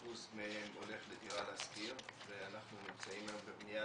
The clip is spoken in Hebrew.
אחוז מהן הולך לדירה להשכיר ואנחנו נמצאים היום בבנייה